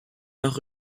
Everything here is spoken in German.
noch